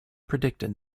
predicted